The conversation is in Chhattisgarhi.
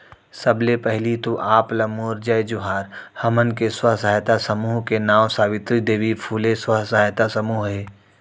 सबले पहिली तो आप ला मोर जय जोहार, हमन के स्व सहायता समूह के नांव सावित्री देवी फूले स्व सहायता समूह हे